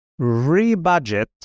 rebudget